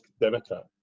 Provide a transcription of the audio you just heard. Democrat